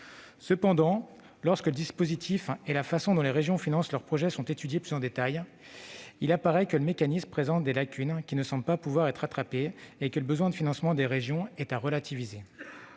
en détail le dispositif et la manière dont les régions financent leurs projets, il apparaît que le mécanisme présente des lacunes qui ne me semblent pas pouvoir être rattrapées, et que le besoin de financement des régions est à relativiser.